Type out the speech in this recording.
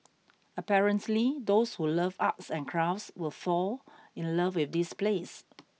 apparently those who love arts and crafts will fall in love with this place